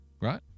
Right